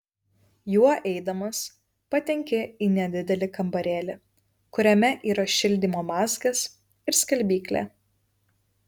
juo eidamas patenki į nedidelį kambarėlį kuriame yra šildymo mazgas ir skalbyklė